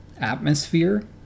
atmosphere